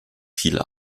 viel